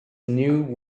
new